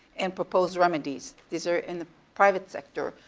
and propose remedies. these are in the private sector.